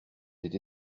été